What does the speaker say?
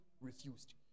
refused